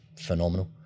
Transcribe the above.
phenomenal